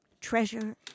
treasure